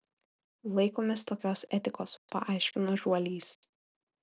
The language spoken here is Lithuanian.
laikomės tokios etikos paaiškino žuolys